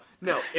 no